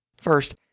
First